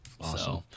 Awesome